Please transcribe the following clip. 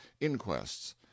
inquests